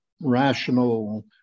rational